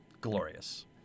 Glorious